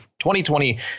2020